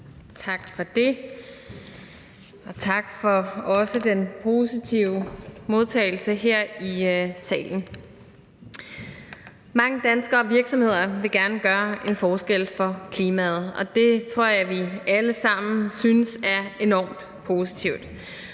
Tak for det. Og også tak for den positive modtagelse her i salen. Mange danskere og virksomheder vil gerne gøre en forskel for klimaet, og det tror jeg vi alle sammen synes er enormt positivt.